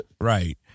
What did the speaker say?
right